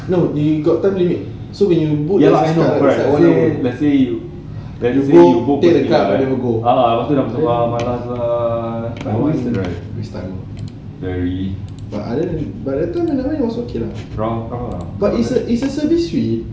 no they got time limit so when you book your time right it's one hour when you book then you don't want to go always right waste time but I didn't but that time when I went was okay lah but it's a it's a service free